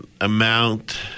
amount